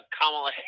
Kamala